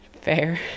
Fair